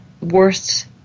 worst